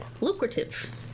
lucrative